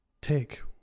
take